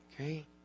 Okay